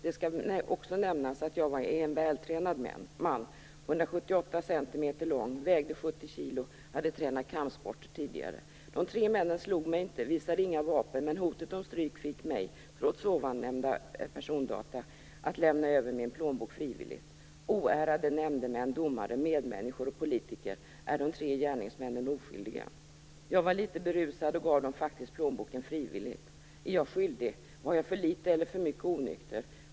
Det skall nämnas att jag är en vältränad man, 178 cm lång, väger 70 kg, och har tränat kampsporter tidigare. De tre männen slog mig inte, visade inga vapen, men hotet om stryk fick mig, trots ovan nämnda persondata, att lämna över min plånbok frivilligt. Oärade nämndemän, domare, medmänniskor och politiker, är de tre gärningsmännen oskyldiga? Jag var litet berusad och gav faktiskt plånboken frivilligt. Är jag skyldig? Var jag för litet eller för mycket onykter?